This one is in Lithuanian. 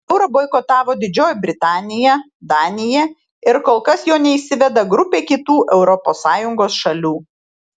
eurą boikotavo didžioji britanija danija ir kol kas jo neįsiveda grupė kitų europos sąjungos šalių